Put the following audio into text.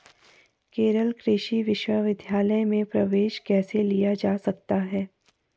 केरल कृषि विश्वविद्यालय में प्रवेश कैसे लिया जा सकता है?